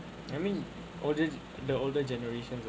I mean older the older generation